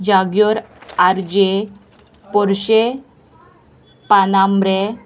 जाग्योर आर जे पोरशे पानांब्रे